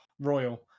royal